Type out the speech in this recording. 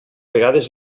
vegades